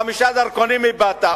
חמישה דרכונים איבדת.